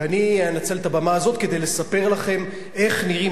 ואני אנצל את הבמה הזאת כדי לספר לכם איך נראים